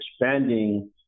expanding